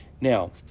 Now